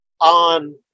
on